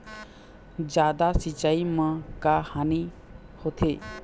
जादा सिचाई म का हानी होथे?